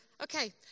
Okay